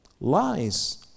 Lies